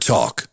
Talk